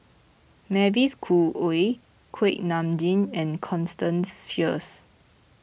Mavis Khoo Oei Kuak Nam Jin and Constance Sheares